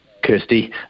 Kirsty